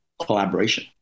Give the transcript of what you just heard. collaboration